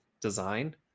design